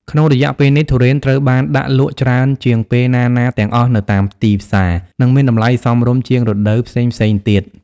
ក្នុងរយៈពេលនេះ ទុរេនត្រូវបានដាក់លក់ច្រើនជាងពេលណាៗទាំងអស់នៅតាមទីផ្សារ និងមានតម្លៃសមរម្យជាងរដូវផ្សេងៗទៀត។